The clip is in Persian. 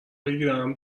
بگیرم